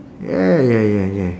yeah yeah yeah yeah